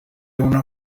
una